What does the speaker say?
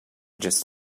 just